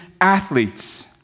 athletes